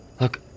look